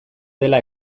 dela